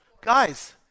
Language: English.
Guys